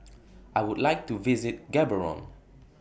I Would like to visit Gaborone